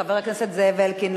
חבר הכנסת זאב אלקין,